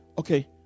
Okay